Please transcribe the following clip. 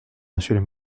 monsieur